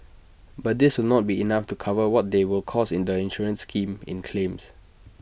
but this will not be enough to cover what they will cost the insurance scheme in claims